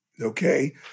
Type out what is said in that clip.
Okay